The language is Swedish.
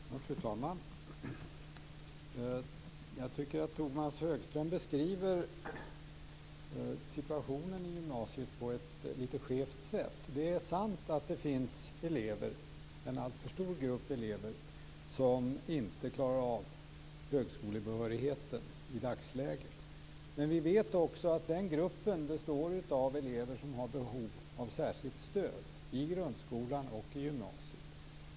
Fru talman! Jag tycker att Tomas Högström beskriver situationen i gymnasiet på ett lite skevt sätt. Det är sant att det finns elever, en alltför stor grupp elever, som inte klarar av högskolebehörigheten i dagsläget. Men vi vet också att den gruppen består av elever som har behov av särskilt stöd i grundskolan och i gymnasiet.